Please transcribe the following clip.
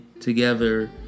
together